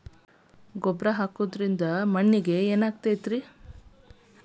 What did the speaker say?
ಗೊಬ್ಬರ ಹಾಕುವುದರಿಂದ ಮಣ್ಣಿಗೆ ಏನಾಗ್ತದ?